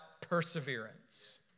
perseverance